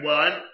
one